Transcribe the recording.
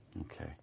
Okay